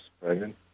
pregnant